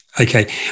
Okay